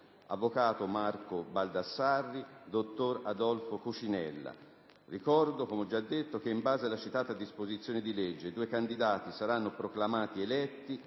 Avvocato Marco Baldassarri - Dottor Adolfo Cucinella. Ricordo che, in base alla citata disposizione di legge, i due candidati saranno proclamati eletti